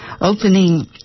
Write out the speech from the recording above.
opening